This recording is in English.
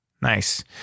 Nice